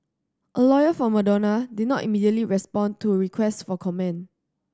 a lawyer for Madonna did not immediately respond to requests for comment